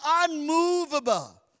unmovable